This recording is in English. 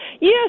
Yes